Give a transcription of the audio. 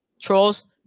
trolls